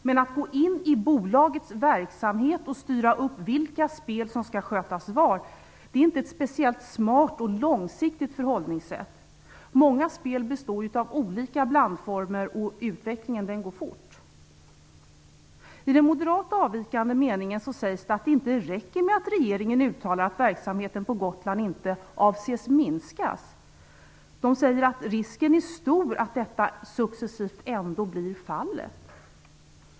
Men att gå in i bolagets verksamhet och styra upp vilka spel som skall skötas var är inte ett speciellt smart och långsiktigt förhållningssätt. Många spel består ju av olika blandformer, och utvecklingen går fort. I den moderata avvikande meningen sägs att det inte räcker med att regeringen uttalar att verksamheten på Gotland inte avses minskas. Risken sägs vara stor att detta successivt ändå blir fallet.